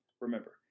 Remember